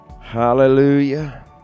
Hallelujah